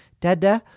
Dada